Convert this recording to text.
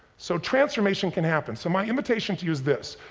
so transformation can happen. so my invitation to you is this,